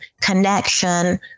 connection